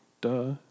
Duh